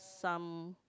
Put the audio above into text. some